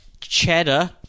Cheddar